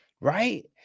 Right